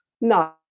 no